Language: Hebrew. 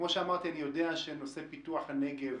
כמו שאמרתי, אני יודע שנושא פיתוח הנגב